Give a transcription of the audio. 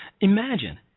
Imagine